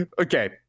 Okay